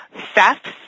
thefts